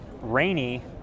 rainy